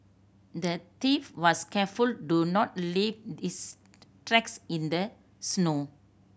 the thief was careful do not leave his tracks in the snow